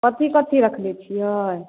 कथी कथी रखने छियै